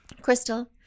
Crystal